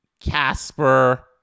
Casper